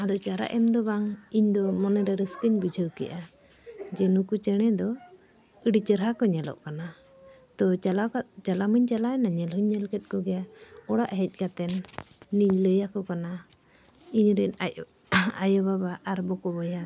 ᱟᱫᱚ ᱪᱟᱨᱟ ᱮᱢ ᱫᱚ ᱵᱟᱝ ᱤᱧ ᱫᱚ ᱢᱚᱱᱮᱨᱮ ᱨᱟᱹᱥᱠᱟᱹᱧ ᱵᱩᱡᱷᱟᱹᱣ ᱠᱮᱜᱼᱟ ᱡᱮ ᱱᱩᱠᱩ ᱪᱮᱬᱮ ᱫᱚ ᱟᱹᱰᱤ ᱪᱮᱦᱨᱟ ᱠᱚ ᱧᱮᱞᱚᱜ ᱠᱟᱱᱟ ᱛᱚ ᱪᱟᱞᱟᱣ ᱪᱟᱞᱟᱣ ᱢᱟᱹᱧ ᱪᱟᱞᱟᱣ ᱮᱱᱟ ᱧᱮᱞ ᱦᱩᱧ ᱧᱮᱞ ᱠᱮᱫ ᱠᱚᱜᱮᱭᱟ ᱚᱲᱟᱜ ᱦᱮᱡ ᱠᱟᱛᱮᱱ ᱚᱱᱟᱧ ᱞᱟᱹᱭᱟᱠᱚ ᱠᱟᱱᱟ ᱤᱧ ᱨᱮᱱ ᱟᱭᱳ ᱟᱭᱳ ᱵᱟᱵᱟ ᱟᱨ ᱵᱚᱠᱚ ᱵᱚᱭᱦᱟ